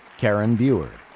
karin buer.